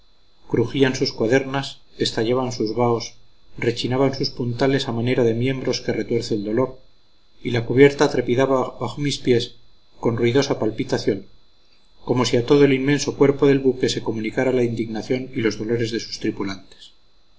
crujían sus cuadernas estallaban sus baos rechinaban sus puntales a manera de miembros que retuerce el dolor y la cubierta trepidaba bajo mis pies con ruidosa palpitación como si a todo el inmenso cuerpo del buque se comunicara la indignación y los dolores de sus tripulantes